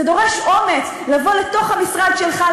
זה דורש אומץ לבוא לתוך המשרד שלך,